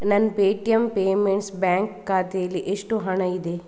ನನ್ನ Paytm payments bank ಖಾತೇಲ್ಲಿ ಎಷ್ಟು ಹಣ ಇದೆ